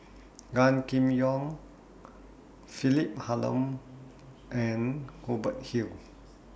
Gan Kim Yong Philip Hoalim and Hubert Hill